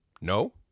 no